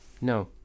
No